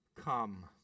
come